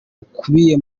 bukubiye